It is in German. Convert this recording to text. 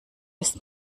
ist